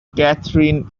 catherine